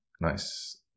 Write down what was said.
Nice